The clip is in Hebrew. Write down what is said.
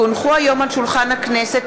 כי הונחו היום על שולחן הכנסת,